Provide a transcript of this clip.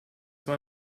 war